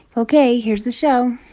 ok, here's the show